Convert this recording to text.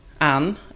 Anne